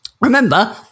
Remember